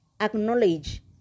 acknowledge